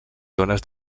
zones